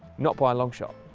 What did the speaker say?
not by a long shot.